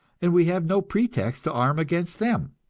and we have no pretext to arm against them.